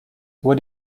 what